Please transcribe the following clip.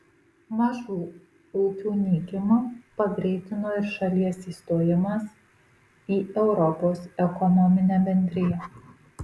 mažų ūkių nykimą pagreitino ir šalies įstojimas į europos ekonominę bendriją